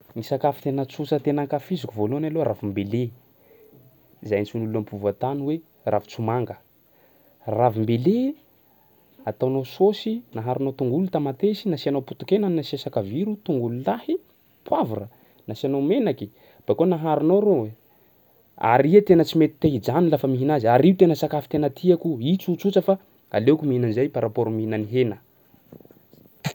Ny sakafo tena tsotra tena ankafiziko voalohany aloha ravim-bele zay antsoin'olo am-povoantany hoe ravin-tsomanga. Ravim-bele ataonao saosy, naharonao tongolo, tamatesy, nasianao poti-kena, nasia sakaviro, tongolo lahy, poavra, nasianao menaky bakeo naharonao reo. Ary iha tena tsy mety te hijano lafa mihina azy ary io tena sakafo tena tiako io, i tsotsotra fa aleoko mihina an'zay par rapport am'mihina ny hena.